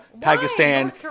Pakistan